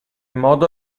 modo